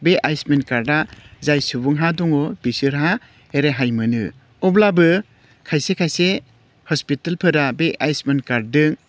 बे आयुस्मान कार्दआ जाय सुबुंहा दङ बिसोरहा रेहाय मोनो अब्लाबो खायसे खायसे हस्पितालफोरा बे आयुस्मान कार्दजों